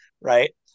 Right